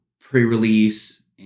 pre-release